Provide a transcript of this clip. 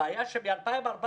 הבעיה שמ-2014,